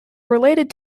related